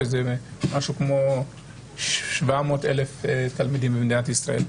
שזה משהו כמו 700,000 תלמידים במדינת ישראל.